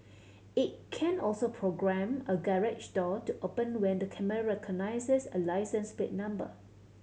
it can also programme a garage door to open when the camera recognises a license plate number